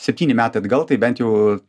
septyni metai atgal tai bent jau